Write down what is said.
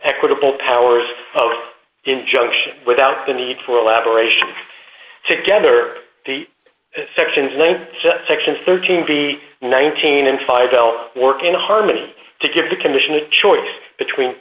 equitable powers of injunction without the need for elaboration together the sections nine sections thirteen be nineteen and five help work in harmony to give the commission a choice between